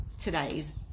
today's